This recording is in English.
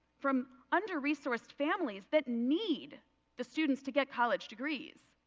from underresourced families that need the students to get college degrees.